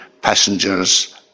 passengers